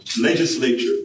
Legislature